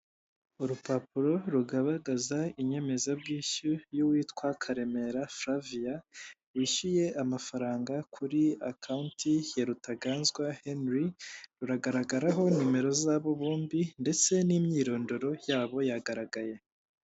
Urupapuro rugaragaza inyemezabwishyu y'uwitwa Karemera fulaviya wishyuye amafaranga kuri akawunti ya Rutaganzwa henuri ruragaragaraho nimero zabo bombi ndetse n'imyirondoro yabo yagaragaye.